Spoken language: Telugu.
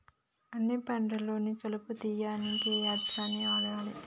అన్ని పంటలలో కలుపు తీయనీకి ఏ యంత్రాన్ని వాడాలే?